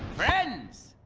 friends,